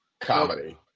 comedy